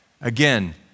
Again